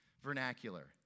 vernacular